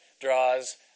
draws